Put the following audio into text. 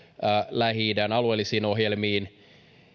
lähi idän alueellisiin ohjelmiin